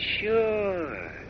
Sure